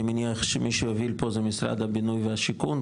אני מניח שמי שיובל פה זה משרד הבינוי והשיכון,